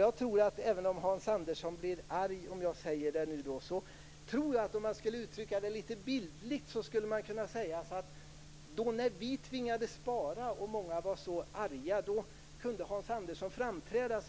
Hans Andersson kanske blir arg över det jag nu säger. Man skulle kunna uttrycka det litet bildligt. När vi tvingades spara och många var så arga kunde Hans Andersson framträda